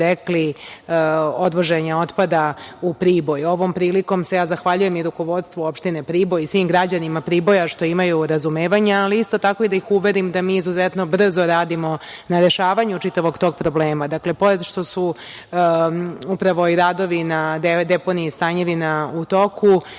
odvoženja otpada u Priboj. Ovom prilikom se ja zahvaljujem i rukovodstvu Opštine Priboj i svim građanima Priboja što imaju razumevanja, ali isto tako i da ih uverim da mi izuzetno brzo radimo na rešavanju čitavog tog problema. Dakle, pored toga što su radovi na deponiji „Stanjevina“ u toku,